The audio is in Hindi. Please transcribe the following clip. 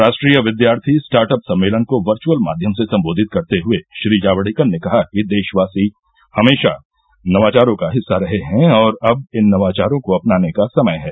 राष्ट्रीय विद्यार्थी र्स्टाटअप सम्मेलन को वर्चुअल माध्यम से संबोधित करते हुए श्री जावड़ेकर ने कहा कि देशवासी हमेशा नवाचारों का हिस्सा रहे हैं और अब इन नवाचारों को अपनाने का समय है